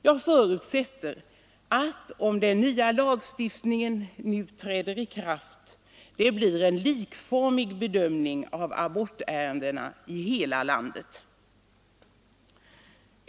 Jag förutsätter att det, om denna nya lagstiftning nu träder i kraft, blir en likformig bedömning av abortärendena i hela landet.